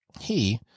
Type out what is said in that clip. He-